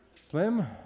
Slim